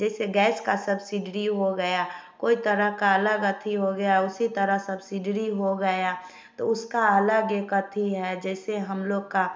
जैसे गैस का सब्सिडियरी हो गया कोई तरह अलग अथी हो गया उसी तरह सब्सिडियरी हो गया तो उसका अलग एक अथी है जैसे हम लोग का